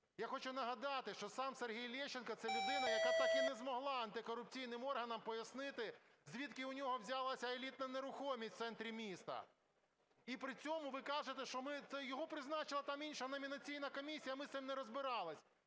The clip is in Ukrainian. Я хочу нагадати, що сам Сергій Лещенко – це людина, яка так і не змогла антикорупційним органам пояснити, звідки у нього взялася елітна нерухомість в центрі міста. І при цьому ви кажете, що його призначила там інша номінаційна комісія, ми з цим не розбирались.